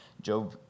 Job